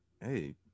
Hey